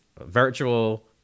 virtual